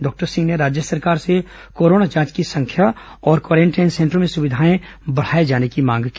doctor Singh ने राज्य सरकार से कोरोना जांच की संख्या और क्वारेंटाइन सेंटरों में सुविधा बढाए जाने की मांग की